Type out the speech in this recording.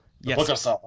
yes